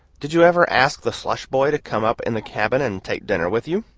did you ever ask the slush-boy to come up in the cabin and take dinner with you?